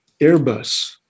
Airbus